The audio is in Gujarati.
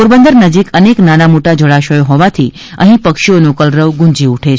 પોરબંદર નજીક અનેક નાના મોટા જળાશયો હોવાથી અહી પક્ષીઓનો કલરવ ગુંજી ઉઠે છે